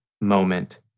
moment